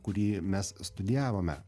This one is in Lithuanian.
kurį mes studijavome